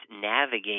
navigate